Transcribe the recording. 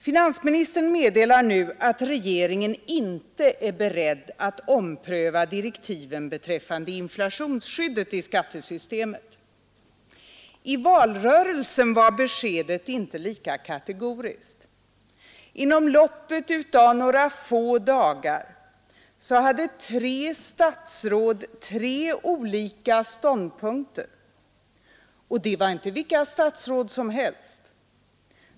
Finansministern meddelar nu att regeringen inte är beredd att ompröva direktiven beträffande inflationsskyddet i skattesystemet. I valrörelsen var beskedet inte lika kategoriskt. Inom loppet av några få dagar redovisade tre statsråd tre olika ståndpunkter och det var inte vilka statsråd som helst.